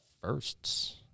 firsts